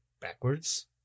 backwards